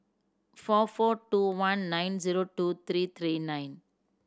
four four two one nine zero two three three nine